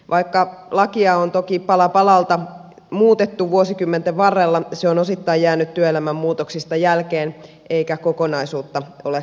vaikka lakia on toki pala palalta muutettu vuosikymmenten varrella se on osittain jäänyt työelämän muutoksista jälkeen eikä kokonaisuutta ole katsottu